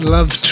Love